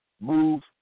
move